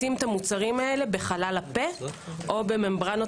לשים את המוצרים הללו בחלל הפה או בממברנות